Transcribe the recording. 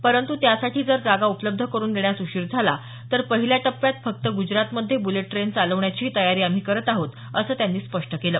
परंतु त्यासाठी जर जागा उपलब्ध करून देण्यास उशीर झाला तर पहिल्या टप्प्यात फक्त गुजरातमध्ये बुलेट ट्रेन चालवण्याचीही तयारी आम्ही करत आहोत असं त्यांनी स्पष्ट केलं